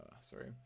sorry